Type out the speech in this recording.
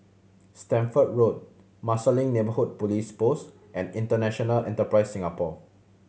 Stamford Road Marsiling Neighbourhood Police Post and International Enterprise Singapore